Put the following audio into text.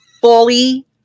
fully